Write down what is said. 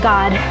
God